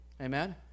Amen